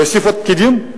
להוסיף עוד פקידים?